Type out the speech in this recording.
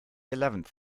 eleventh